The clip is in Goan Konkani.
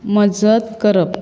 मजत करप